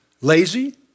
lazy